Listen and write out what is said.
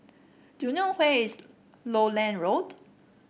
do you know where is Lowland Road